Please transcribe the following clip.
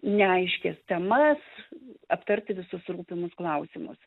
neaiškias temas aptarti visus rūpimus klausimus